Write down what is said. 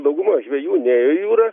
dauguma žvejų nėjo į jūrą